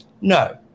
No